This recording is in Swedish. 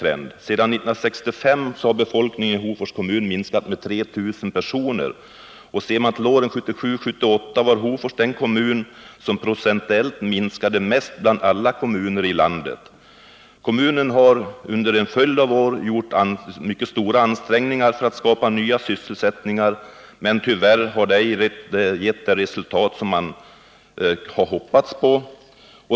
Sedan 1965 har befolkningen i Hofors kommun minskat med 3 000 personer. Åren 1977 och 1978 var Hofors den kommun som procentuellt sett minskade mest bland alla kommuner i landet. Kommunen har under en följd av år gjort mycket stora ansträngningar för att skapa nya sysselsättningar, men tyvärr har ansträngningarna inte givit det resultat som man hade hoppats på.